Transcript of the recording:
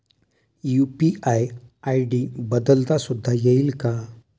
UPI ID बदलता सुद्धा येईल का?